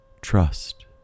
trust